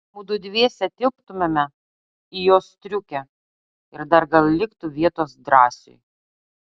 mudu dviese tilptumėme į jos striukę ir dar gal liktų vietos drąsiui